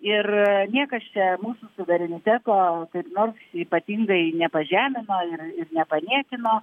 ir niekas čia mūsų suvereniteto kaip nors ypatingai nepažemino ir nepaniekino